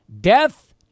Death